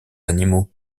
animaux